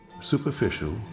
superficial